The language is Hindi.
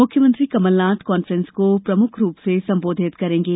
मुख्यमंत्री कमलनाथ कॉफ्रेंस को प्रमुख रूप से संबोधित करेंगे